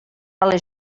les